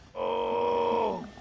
oh.